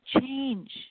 change